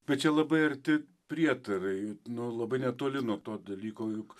bet čia labai arti prietarai nu labai netoli nuo to dalyko juk